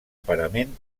parament